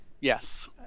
yes